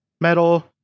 metal